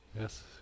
Yes